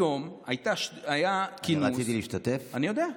היום היה כינוס, רציתי להשתתף, אני יודע.